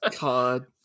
God